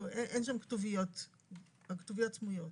אין שם כתוביות או שהכתוביות סמויות.